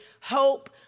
hope